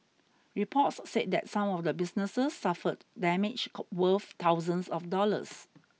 reports said that some of the businesses suffered damage worth thousands of dollars